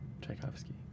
Tchaikovsky